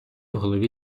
голові